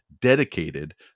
dedicated